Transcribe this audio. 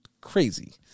crazy